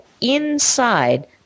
inside